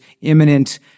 imminent